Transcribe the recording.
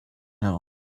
know